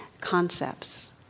concepts